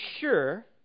sure